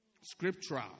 scriptural